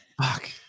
Fuck